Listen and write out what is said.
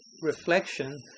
reflection